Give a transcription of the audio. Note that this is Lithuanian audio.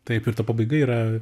taip ir ta pabaiga yra